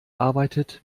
arbeitet